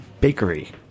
Bakery